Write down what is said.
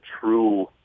true